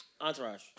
Entourage